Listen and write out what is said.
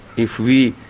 if we